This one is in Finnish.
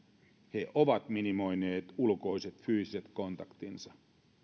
he ovat minimoineet ulkoiset fyysiset kontaktinsa